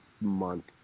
month